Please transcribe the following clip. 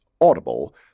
Audible